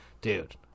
dude